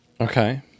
Okay